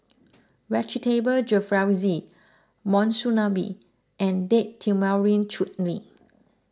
Vegetable Jalfrezi Monsunabe and Date Tamarind Chutney